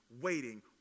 waiting